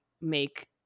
make